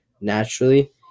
naturally